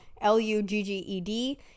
L-U-G-G-E-D